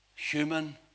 Human